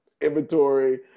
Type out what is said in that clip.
inventory